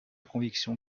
conviction